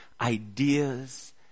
ideas